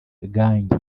gangi